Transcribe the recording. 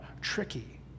tricky